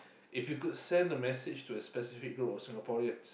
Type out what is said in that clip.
if you could send a message to a specific group of Singaporeans